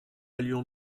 allions